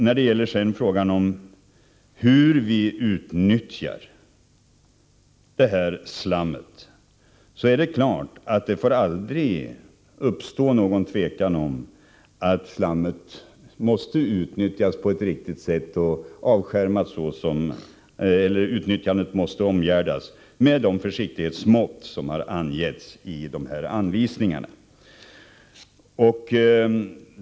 När det gäller frågan om hur vi utnyttjar det här slammet är det klart att det aldrig får uppstå någon tvekan om att slammet måste utnyttjas på ett riktigt sätt, och utnyttjandet måste omgärdas med de försiktighetsmått som har angetts i dessa anvisningar.